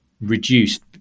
reduced